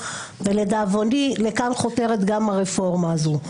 ולדאבוני לכאן חותרת גם הרפורמה הזאת.